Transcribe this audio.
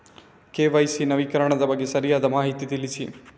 KYC ನವೀಕರಣದ ಬಗ್ಗೆ ಸರಿಯಾದ ಮಾಹಿತಿ ತಿಳಿಸಿ?